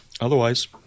Otherwise